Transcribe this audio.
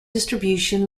distribution